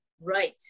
Right